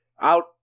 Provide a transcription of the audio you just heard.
Out